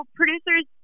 producers